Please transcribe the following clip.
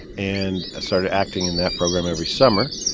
and i started acting in that program every summer.